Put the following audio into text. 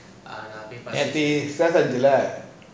நேத்து ஸ்வீத்த இருந்துசில:neathu sweatha irunthuchila